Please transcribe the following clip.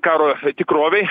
karo tikrovėj